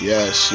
Yes